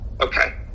Okay